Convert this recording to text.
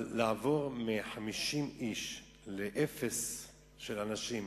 אבל לעבור מ-50 איש לאפס אנשים,